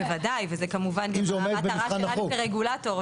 בוודאי, וזה כמובן המטרה שלנו כרגולטור.